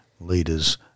leaders